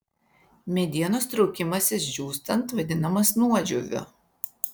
medienos traukimasis džiūstant vadinamas nuodžiūviu